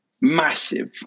massive